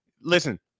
Listen